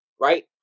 right